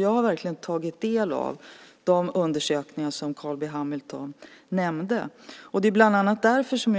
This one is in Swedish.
Jag har tagit del av de undersökningar som Carl B Hamilton nämnde. Därför